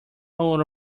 all